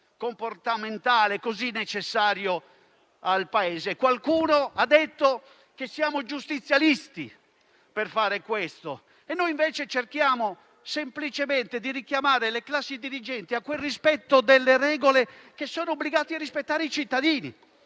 comportamentale così necessario al Paese. Qualcuno ha detto che siamo giustizialisti perché facciamo questo; noi invece cerchiamo semplicemente di richiamare le classi dirigenti al rispetto di quelle regole che anche i cittadini